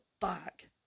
back